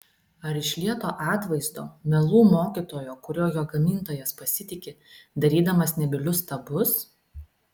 ar iš lieto atvaizdo melų mokytojo kuriuo jo gamintojas pasitiki darydamas nebylius stabus